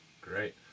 Great